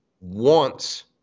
wants